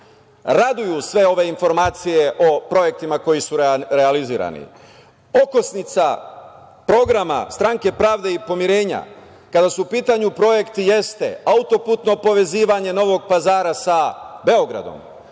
Raduju sve ove informacije o projektima koji su realizovani. Okosnica programa Stranke pravde i pomirenja, kada su u pitanju projekti, jeste autoputno povezivanje Novog Pazara sa Beogradom,